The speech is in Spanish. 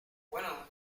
bueno